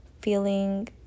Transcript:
feeling